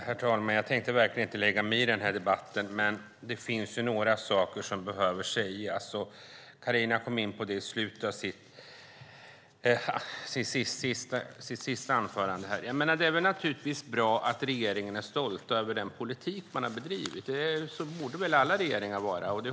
Herr talman! Jag hade inte tänkt lägga mig i den här debatten, men det finns några saker som behöver sägas. Carina kom in på dem nu på slutet. Det är bra att regeringen är stolt över den politik man för. Det ska alla regeringar vara.